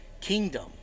kingdom